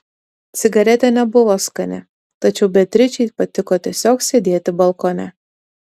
cigaretė nebuvo skani tačiau beatričei patiko tiesiog sėdėti balkone